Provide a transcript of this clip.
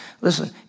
Listen